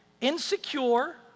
Insecure